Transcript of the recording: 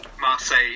Marseille